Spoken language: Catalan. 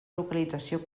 localització